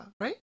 right